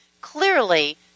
Clearly